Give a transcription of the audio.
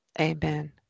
Amen